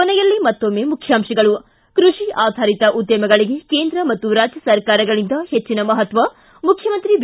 ಕೊನೆಯಲ್ಲಿ ಮತ್ತೊಮ್ಮೆ ಮುಖ್ಯಾಂಶಗಳು ಿ ಕೃಷಿ ಆಧಾರಿತ ಉದ್ದಮಗಳಿಗೆ ಕೇಂದ್ರ ಮತ್ತು ರಾಜ್ಯ ಸರ್ಕಾರಗಳಿಂದ ಹೆಚ್ಚಿನ ಮಹತ್ವ ಮುಖ್ಯಮಂತ್ರಿ ಬಿ